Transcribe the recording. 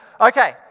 Okay